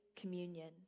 communion